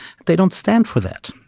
they don't stand for that.